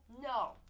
No